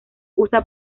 usa